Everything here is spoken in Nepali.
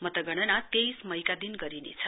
मतगणना तेइस मईका दिन गरिनेछ